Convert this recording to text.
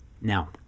Now